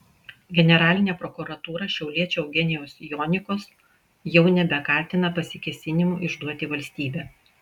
generalinė prokuratūra šiauliečio eugenijaus jonikos jau nebekaltina pasikėsinimu išduoti valstybę